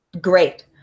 great